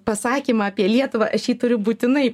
pasakymą apie lietuvą aš jį turiu būtinai